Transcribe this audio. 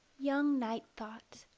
young night-thought